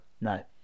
no